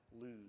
lose